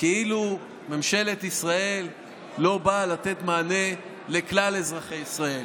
כאילו ממשלת ישראל לא באה לתת מענה לכלל אזרחי ישראל.